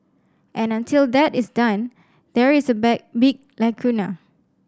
and until that is done there is a bag big lacuna